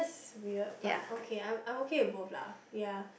weird but okay I'm I'm okay with both lah ya